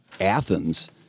Athens